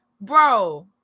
bro